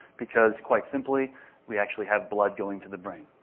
because quite simply we actually have blood going to the brain.